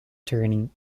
turning